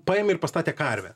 paėmė ir pastatė karvę